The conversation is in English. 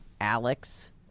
Alex